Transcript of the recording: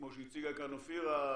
כמו שהציגה כאן אופירה,